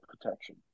protection